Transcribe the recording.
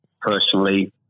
personally